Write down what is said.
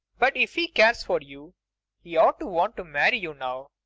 but if he cares for you he ought to want to marry you now.